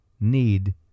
need